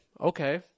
Okay